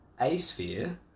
A-sphere